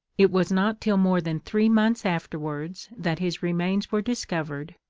it was not till more than three months afterwards that his remains were discovered,